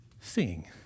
seeing